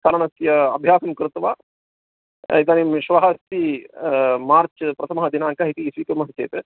चालनस्य अभ्यासं कृत्वा इदानीं श्वः अस्ति मार्च् प्रथमः दिनाङ्कः इति स्वीकुर्मः चेत्